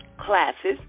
Classes